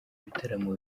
ibitaramo